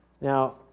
Now